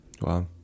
wow